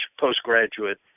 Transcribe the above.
postgraduate